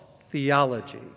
theology